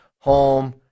home